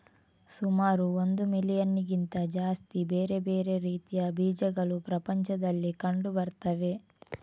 ಸುಮಾರು ಒಂದು ಮಿಲಿಯನ್ನಿಗಿಂತ ಜಾಸ್ತಿ ಬೇರೆ ಬೇರೆ ರೀತಿಯ ಬೀಜಗಳು ಪ್ರಪಂಚದಲ್ಲಿ ಕಂಡು ಬರ್ತವೆ